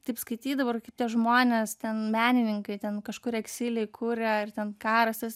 taip skaitydavau ir kaip tie žmonės ten menininkai ten kažkur eksilėj kuria ir ten karas tas